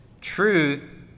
Truth